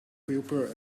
paper